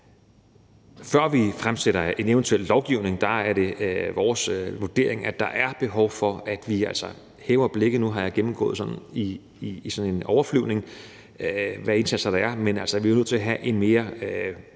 Før vi fremsætter en eventuel lovgivning, er det vores vurdering, at der er behov for, at vi løfter blikket. Nu har jeg gennemgået, hvilke indsatser der er ved sådan en overflyvning af dem, men vi er nødt til at have en mere